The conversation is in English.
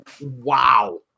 wow